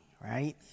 right